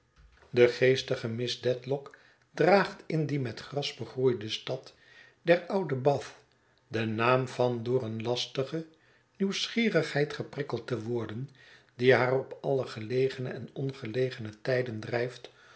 de geestige miss dedlock draagt in die met gras begroeide stad der ouden bath den naam van door eene lastige nieuwsgierigheid geprikkeld te worden die haar op alle gelegene en ongelegene tijden drijft